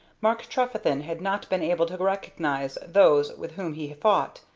mark trefethen had not been able to recognize those with whom he fought,